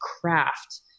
craft